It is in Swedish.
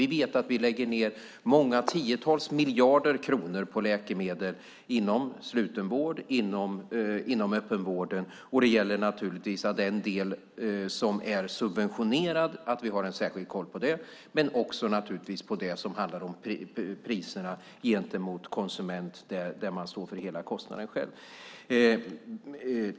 Vi vet att vi lägger många tiotals miljarder kronor på läkemedel inom slutenvården och inom öppenvården, och det gäller naturligtvis att vi har särskild koll på den del som är subventionerad men också på det som handlar om priserna gentemot konsumenterna, där man står för hela kostnaden själv.